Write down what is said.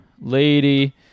lady